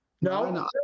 No